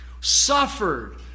suffered